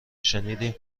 شنیدیم